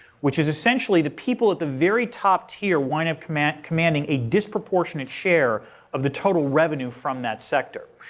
which is essentially the people at the very top tier wind up commanding commanding a disproportionate share of the total revenue from that sector.